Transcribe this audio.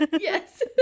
Yes